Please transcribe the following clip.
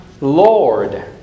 Lord